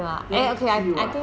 then three what